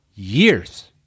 Years